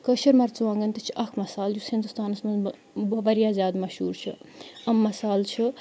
کٲشِرۍ مَرژٕوانٛگَن تہِ چھِ اَکھ مصال یُس ہِندُستانَس منٛز واریاہ زیادٕ مشہوٗر چھِ یِم مصال چھِ